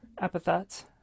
epithets